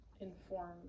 inform